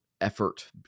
effort